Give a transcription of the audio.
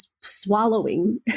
swallowing